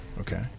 Okay